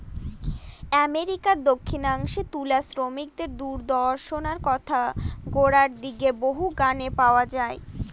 আমেরিকার দক্ষিনাংশে তুলা শ্রমিকদের দূর্দশার কথা গোড়ার দিকের বহু গানে পাওয়া যায়